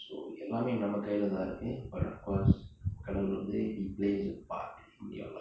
so எல்லாமே நம்ம கைல நா இருக்கு:ellaame namma kaila thaa irukku but of course கடவுள் வந்து:kadavul vanthu he plays a part in your life